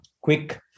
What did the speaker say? quick